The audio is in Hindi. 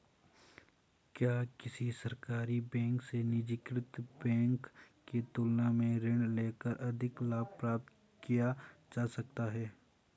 क्या किसी सरकारी बैंक से निजीकृत बैंक की तुलना में ऋण लेकर अधिक लाभ प्राप्त किया जा सकता है?